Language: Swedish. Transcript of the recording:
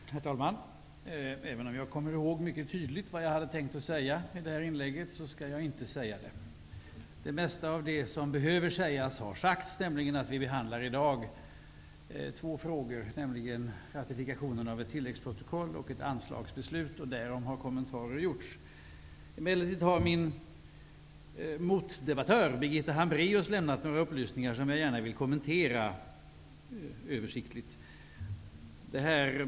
Herr talman! Även om jag mycket tydligt kommer ihåg vad jag hade tänkt att säga i det här inlägget, så skall jag inte säga det. Det mesta av det som behöver sägas har sagts. Vi behandlar i dag två frågor, nämligen ratifikationen av ett tilläggsprotokoll och ett anslagsbeslut. Därom har kommentarer gjorts. Min motdebattör Birgitta Hambraeus har emellertid lämnat några upplysningar som jag gärna vill kommentera översiktligt.